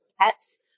pets